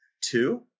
Two